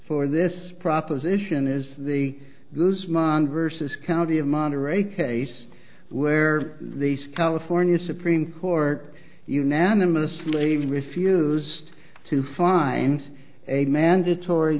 for this proposition is the guzman versus county of monterey case where these california supreme court unanimously refused to find a mandatory